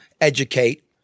educate